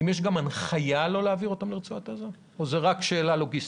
הם יש גם הנחייה לא להעביר אותם לרצועת עזה או שזו רק שאלה לוגיסטית?